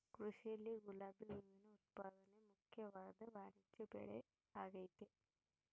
ಕೃಷಿಯಲ್ಲಿ ಗುಲಾಬಿ ಹೂವಿನ ಉತ್ಪಾದನೆ ಮುಖ್ಯವಾದ ವಾಣಿಜ್ಯಬೆಳೆಆಗೆತೆ